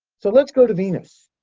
so, let's go to venus.